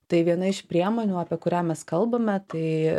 tai viena iš priemonių apie kurią mes kalbame tai